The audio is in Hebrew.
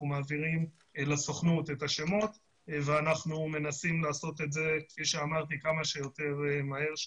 מעבירים לסוכנות את השמות ואנחנו מנסים לעשות את זה כמה שיותר מהר.